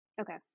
Okay